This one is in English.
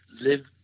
live